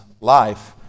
life